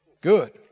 Good